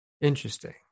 interesting